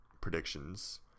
predictions